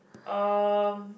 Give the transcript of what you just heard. um